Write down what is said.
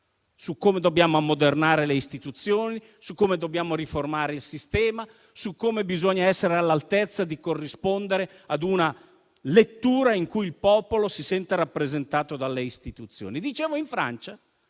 su come dobbiamo ammodernare le istituzioni, su come dobbiamo riformare il sistema, su come bisogna essere all'altezza di corrispondere ad una lettura in cui il popolo si senta rappresentato dalle istituzioni. Ebbene, in Francia,